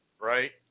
right